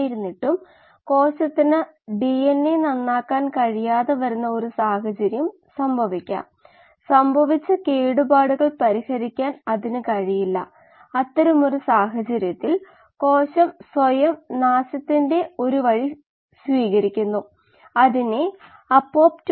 മുന്പ് പറഞ്ഞ പോലെ ഫെഡ് ബാച്ച് എന്നാൽ ഇടയ്ക്കിടെ കൂട്ടിച്ചേർക്കൽ ഇടയ്ക്കിടെ നീക്കംചെയ്യൽ ഒരുമിച്ച് അല്ലെങ്കിൽ ഓരോന്നായി